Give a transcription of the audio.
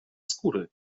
skóry